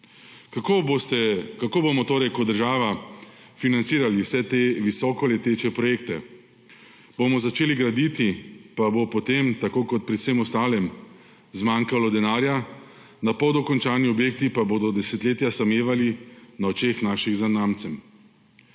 Kako bomo torej kot država financirali vse te visokoleteče projekte? Ali bomo začeli graditi pa bo potem, tako kot pri vsem ostalem, zmanjkalo denarja, napol dokončani objekti pa bodo desetletja samevali na očeh naših zanamcev?